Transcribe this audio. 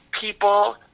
people